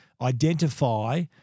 identify